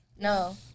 No